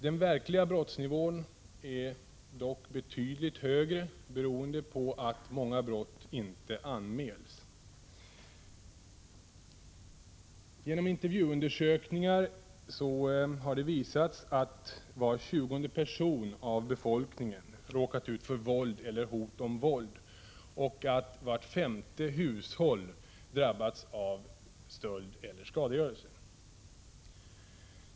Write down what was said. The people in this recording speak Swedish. Den verkliga brottsnivån är dock betydligt högre än statistiken utvisar beroende på att många brott inte anmäls. Genom intervjuundersökningar har visats att var tjugonde person av befolkningen råkat ut för våld eller hot om våld och att vart femte hushåll drabbats av stöld eller skadegörelse.